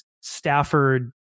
Stafford